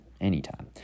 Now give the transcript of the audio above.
anytime